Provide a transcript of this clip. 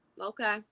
Okay